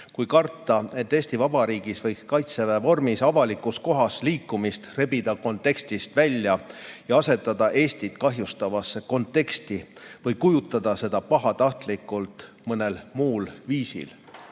kui karta, et Eesti Vabariigis võiks Kaitseväe vormis avalikus kohas liikumise rebida kontekstist välja ja asetada Eestit kahjustavasse konteksti või kujutada seda pahatahtlikult mõnel muul viisil.